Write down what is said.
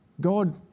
God